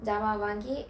jaama வாங்கி:vaangi